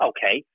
Okay